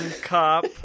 cop